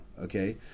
okay